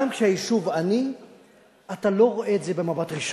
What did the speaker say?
גם כשהיישוב עני אתה לא רואה את זה במבט ראשון.